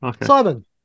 simon